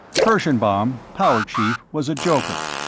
kirschenbaum, power chief, was a joker,